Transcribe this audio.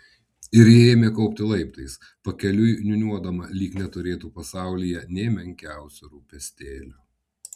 ir ji ėmė kopti laiptais pakeliui niūniuodama lyg neturėtų pasaulyje nė menkiausio rūpestėlio